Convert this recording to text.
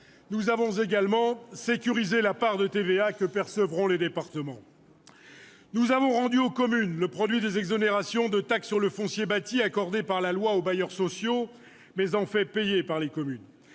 Nous avons également sécurisé la fraction de TVA que percevront les départements. Nous avons rendu aux communes le produit des exonérations de taxe sur le foncier bâti accordées par la loi aux bailleurs sociaux, mais payées en fait par les communes.